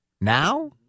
Now